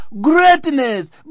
greatness